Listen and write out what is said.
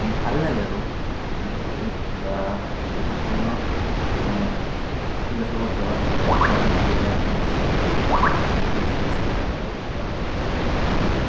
কিন্তু ভাল লাগে আৰু এইখিনি কৰি বা বহুত ধৰণৰ ইতিবাচকো প্ৰভাৱ পেলায় এতিয়া আমি খেলিলে আপোনালোকৰ মাইণ্ডটো ফ্ৰেচ কৰি ৰাখে বা অলপ বেছিকৈ মানে